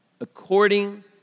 according